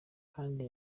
kandi